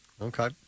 Okay